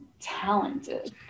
talented